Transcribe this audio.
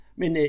men